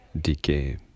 decay